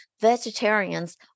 vegetarians